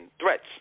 threats